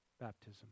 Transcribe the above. baptism